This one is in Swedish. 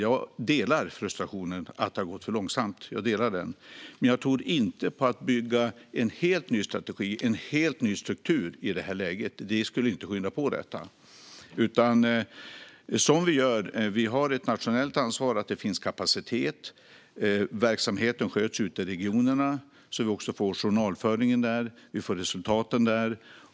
Jag instämmer i frustrationen över att det har gått för långsamt, men jag tror inte på att bygga en helt ny strategi eller en helt ny struktur i det här läget. Det skulle inte skynda på detta. Vi har ett nationellt ansvar för att det finns kapacitet. Verksamheten sköts ju av regionerna, så vi får journalföringen och resultaten där.